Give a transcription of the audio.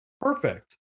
Perfect